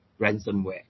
ransomware